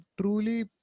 truly